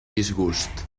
disgust